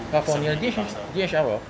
but from your gauge which D_H_L hor